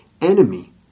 enemy